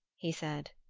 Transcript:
he said.